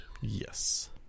Yes